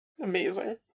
amazing